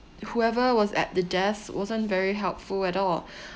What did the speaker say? whoever was at the desk wasn't very helpful at all